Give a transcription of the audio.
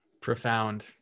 Profound